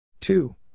Two